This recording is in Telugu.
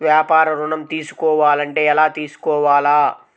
వ్యాపార ఋణం తీసుకోవాలంటే ఎలా తీసుకోవాలా?